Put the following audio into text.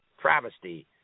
travesty